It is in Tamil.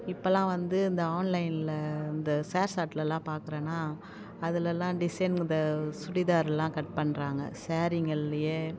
இப்பெல்லாம் வந்து இந்த ஆன்லைனில் இந்த ஷேர் ஷாட்லெலாம் பார்க்குறேனா அதுலெல்லாம் டிசைன் த சுடிதாரெலாம் கட் பண்ணுறாங்க ஸேரீங்கள்லேயே